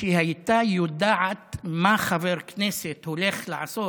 שהיא הייתה יודעת מה חבר כנסת הולך לעשות,